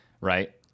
Right